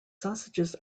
sausages